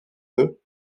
veut